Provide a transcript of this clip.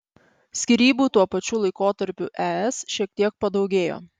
skyrybų tuo pačiu laikotarpiu es šiek tiek padaugėjo